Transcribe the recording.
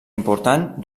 important